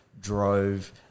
drove